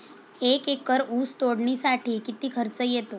एक एकर ऊस तोडणीसाठी किती खर्च येतो?